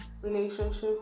relationship